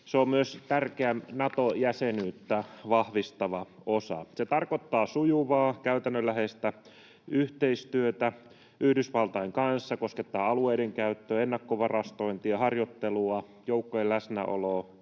Se on myös tärkeä Nato-jäsenyyttä vahvistava osa. Se tarkoittaa sujuvaa, käytännönläheistä yhteistyötä Yhdysvaltain kanssa, koskettaa alueiden käyttöä, ennakkovarastointia, harjoittelua, joukkojen läsnäoloa